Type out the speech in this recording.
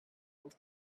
old